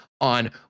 on